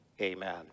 Amen